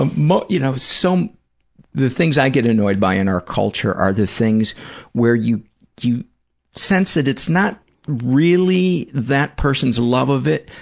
um you know, so the things i get annoyed by in our culture are the things where you you sense that it's not really that person's love of it.